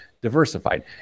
Diversified